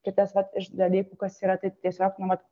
kitas vat iš dalykų kas yra tai tiesiog nu vat